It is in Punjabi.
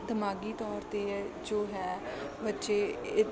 ਦਿਮਾਗੀ ਤੌਰ 'ਤੇ ਜੋ ਹੈ ਬੱਚੇ